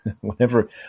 Whenever